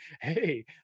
hey